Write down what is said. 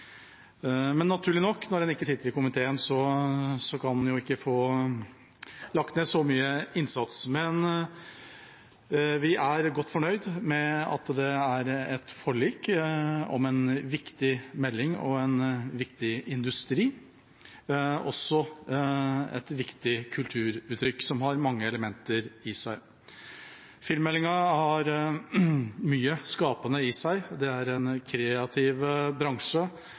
men vi er godt fornøyd med at det er et forlik om en viktig melding og en viktig industri – og et viktig kulturuttrykk, som har mange elementer i seg. Filmmeldingen har mye skapende i seg. Det er en kreativ bransje,